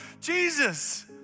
Jesus